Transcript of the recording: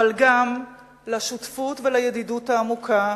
אבל גם לשותפות ולידידות העמוקה